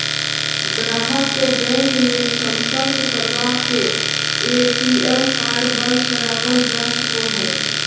गाहक के बैंक मे सम्पर्क करवा के ए.टी.एम कार्ड बंद करावल जा सको हय